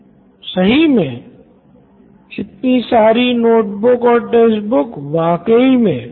Nitin Kurian COO Knoin electronics इतनी सारी notebook और टेक्स्ट बुक वाकई मे